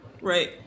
Right